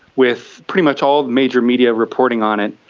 with pretty much all major media reporting on it,